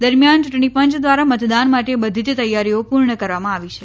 દરમિયાન ચુંટણીપંચ ધ્વારા મતદાન માટે બધી જ તૈયારીઓ પુર્ણ કરવામાં આવી છે